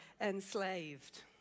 enslaved